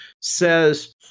says